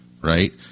right